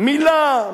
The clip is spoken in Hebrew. מילה.